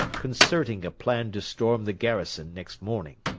concerting a plan to storm the garrison next morning.